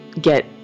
get